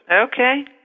Okay